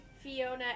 Fiona